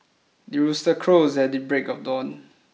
the rooster crows at the break of dawn